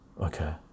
okay